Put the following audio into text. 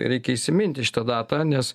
reikia įsiminti šitą datą nes